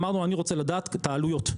אמרנו אני רוצה לדעת את העלויות.